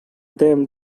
them